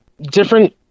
different